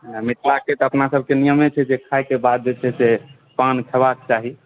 जेना मिथिलाके तऽ अपना सभकेँ नियमे छै जे खायके बाद जे छै से पान खयबाक चाही